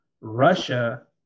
Russia